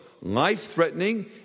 life-threatening